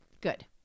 Good